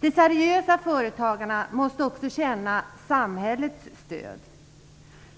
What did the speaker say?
De seriösa företagarna måste också känna samhällets stöd.